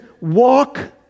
walk